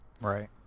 Right